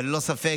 אבל ללא ספק,